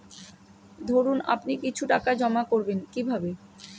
ধরুন আপনি কিছু টাকা জমা করবেন কিভাবে?